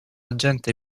agente